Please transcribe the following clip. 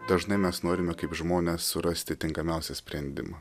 dažnai mes norime kaip žmonės surasti tinkamiausią sprendimą